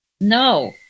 No